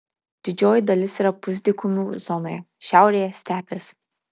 didžioji dalis yra pusdykumių zonoje šiaurėje stepės